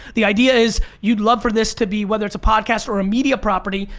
the idea is, you'd love for this to be whether it's a podcast or a media property,